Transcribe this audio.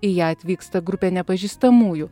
į ją atvyksta grupė nepažįstamųjų